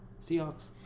Seahawks